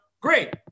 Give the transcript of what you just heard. great